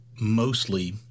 mostly